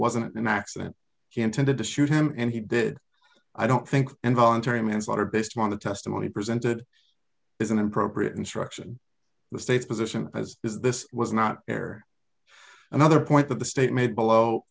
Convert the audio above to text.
wasn't an accident he intended to shoot him and he did i don't think involuntary manslaughter based on the testimony presented is an appropriate instruction the state's position as is this was not there another point that the state made below